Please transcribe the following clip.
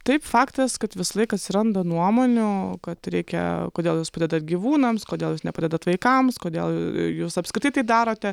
taip faktas kad visą laiką atsiranda nuomonių kad reikia kodėl jūs padedat gyvūnams kodėl jūs nepadedat vaikams kodėl jūs apskritai tai darote